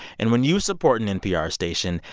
and when you support an npr station,